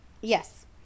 Yes